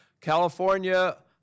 California